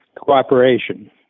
cooperation